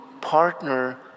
partner